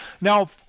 Now